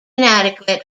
inadequate